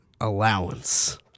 allowance